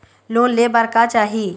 Loan ले बार का चाही?